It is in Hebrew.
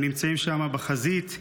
הם נמצאים שם בחזית,